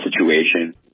situation